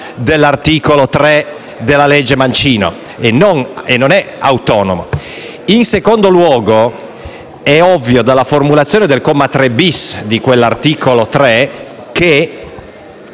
dell'articolo 3 della legge Mancino e non è autonomo. In secondo luogo, dalla formulazione del comma 3-*bis* di quell'articolo 3,